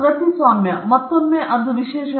ಕೃತಿಸ್ವಾಮ್ಯ ಮತ್ತೊಮ್ಮೆ ಅದು ವಿಶೇಷ ಹಕ್ಕು